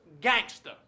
gangster